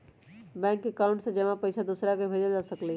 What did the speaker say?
bank account में जमा पईसा दूसरा के भेजल जा सकलई ह